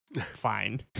fine